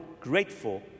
grateful